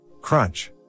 Crunch